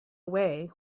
away